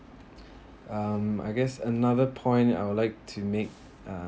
um I guess another point I would like to make uh